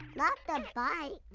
not the bike,